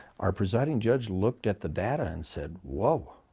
our presiding judge looked at the data and said, whoa,